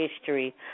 history